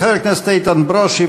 חבר הכנסת איתן ברושי,